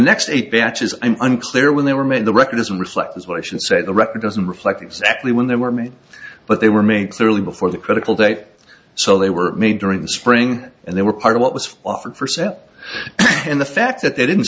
next eight batches i'm unclear when they were made the record doesn't reflect this but i should say the record doesn't reflect exactly when they were made but they were made thoroughly before the critical day so they were made during the spring and they were part of what was offered for sale in the fact that they didn't